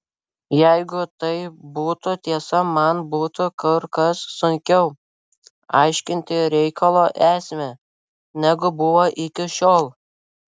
jeigu tai būtų tiesa man būtų kur kas sunkiau aiškinti reikalo esmę negu buvo iki šiol